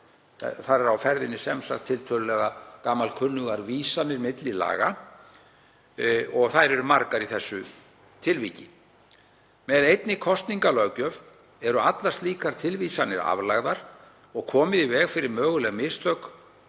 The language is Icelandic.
Þar eru á ferðinni sem sagt tiltölulega gamalkunnugar vísanir milli laga og þær eru margar í þessu tilviki. Með einni kosningalöggjöf eru allar slíkar tilvísanir aflagðar og komið í veg fyrir möguleg mistök